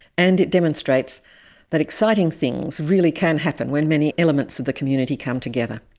and it demonstrates that exciting things really can happen when many elements of the community come together.